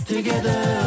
Together